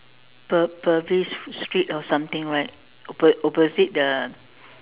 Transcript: pur~ Purvis street or something right oppo~ opposite the